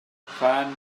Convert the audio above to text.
fan